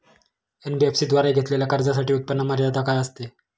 NBFC द्वारे घेतलेल्या कर्जासाठी उत्पन्न मर्यादा काय असते?